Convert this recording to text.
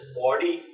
body